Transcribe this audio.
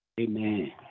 Amen